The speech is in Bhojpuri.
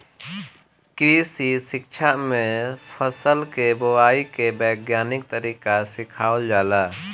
कृषि शिक्षा में फसल के बोआई के वैज्ञानिक तरीका सिखावल जाला